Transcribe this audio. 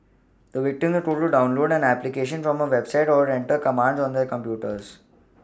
the victims were told to download an application from a website or enter commands on their computers